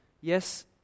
Yes